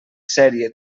sèrie